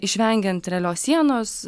išvengiant realios sienos